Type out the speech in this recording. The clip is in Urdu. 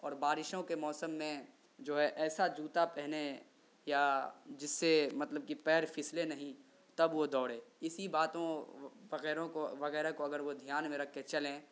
اور بارشوں کے موسم میں جو ہے ایسا جوتا پہنیں یا جس سے مطلب کہ پیر فسلے نہیں تب وہ دوڑے اسی باتوں وغیرہ کو وغیرہ کو اگر وہ دھیان میں رکھ کے چلیں